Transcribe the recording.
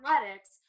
athletics